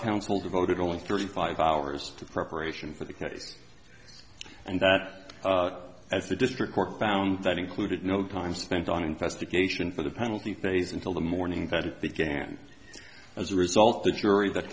counsel devoted only thirty five hours to preparation for the case and that as the district court found that included no time spent on investigation for the penalty phase until the morning that it began as a result the jury that